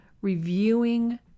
reviewing